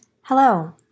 Hello